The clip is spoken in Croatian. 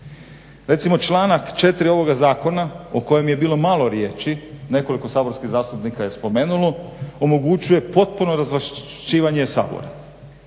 Recimo članak 4. ovoga zakona o kojem je bilo malo riječi, nekoliko saborskih zastupnika je spomenulo, omogućuje potpuno razvlašćivanje Sabora.